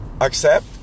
accept